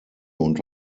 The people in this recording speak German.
und